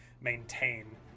maintain